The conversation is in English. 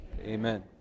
Amen